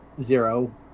Zero